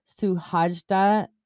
Suhajda